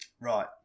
Right